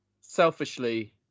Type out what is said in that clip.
selfishly